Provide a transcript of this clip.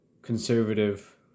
Conservative